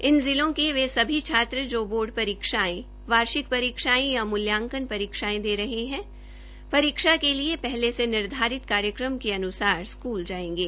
इन जिलों के वे सभी छात्र जो बोर्ड परीक्षायें वार्षिक परिक्षायें या मूल्यांकन परीक्षायें दे रहे है परीक्षा के लिए पहले से निर्धारित कार्यक्रम के अन्सार स्कूल जायेंगे